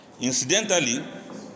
incidentally